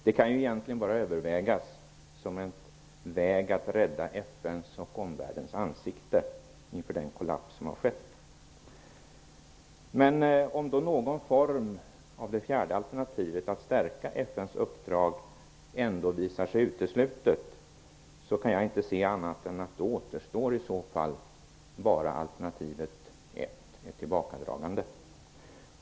Det kan egentligen bara övervägas som en väg att rädda FN:s och omvärldens ansikte inför den kollaps som har skett. Om någon form av det fjärde alternativet, att stärka FN:s uppdrag, ändå visar sig uteslutet kan jag inte se annat än att då återstår bara alternativ 1, ett tillbakadragande.